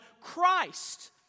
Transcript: Christ